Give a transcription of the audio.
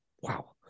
wow